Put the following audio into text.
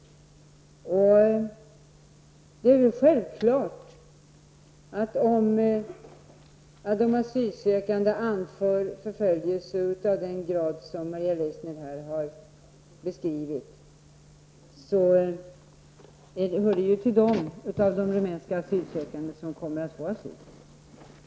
Det är ju självklart att om rumänska asylsökande anför förföljelse av den grad som Maria Leissner här har beskrivit, så hör de till dem som kommer att få asyl.